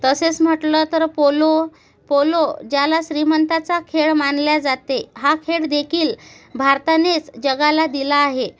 तसेच म्हटलं तर पोलो पोलो ज्याला श्रीमंतांचा खेळ मानलं जाते हा खेळ देखील भारतानेच जगाला दिला आहे